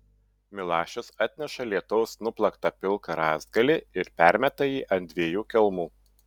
milašius atneša lietaus nuplaktą pilką rąstgalį ir permeta jį ant dviejų kelmų